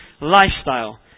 lifestyle